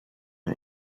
our